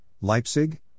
Leipzig